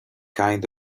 kind